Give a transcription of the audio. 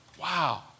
Wow